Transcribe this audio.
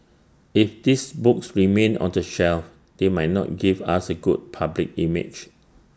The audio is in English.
if these books remain on the shelf they might not give us A good public image